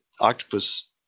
octopus